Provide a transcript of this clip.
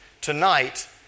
Tonight